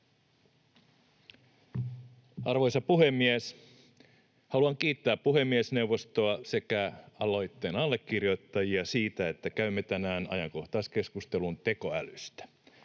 Arvoisa puhemies! Haluan kiittää puhemiesneuvostoa sekä aloitteen allekirjoittajia siitä, että käymme tänään ajankohtaiskeskustelun tekoälystä.